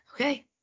Okay